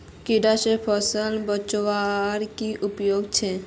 कीड़ा से फसल बचवार की उपाय छे?